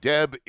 Deb